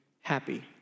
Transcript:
happy